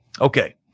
Okay